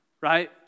right